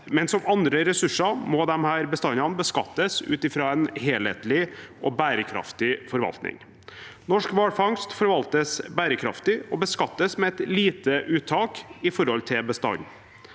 men som for andre ressurser må bestandene beskattes ut fra en helhetlig og bærekraftig forvaltning. Norsk hvalfangst forvaltes bærekraftig og beskattes med et lite uttak i forhold til bestandene.